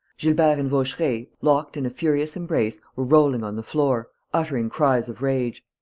gilbert and vaucheray, locked in a furious embrace, were rolling on the floor, uttering cries of rage.